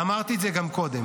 ואמרתי את זה גם קודם: